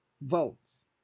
votes